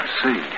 see